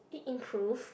it improved